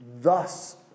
thus